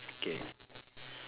okay